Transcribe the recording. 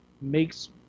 makes